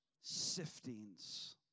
Siftings